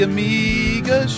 Amiga